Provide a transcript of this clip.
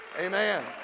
Amen